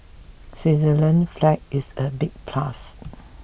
Switzerland's flag is a big plus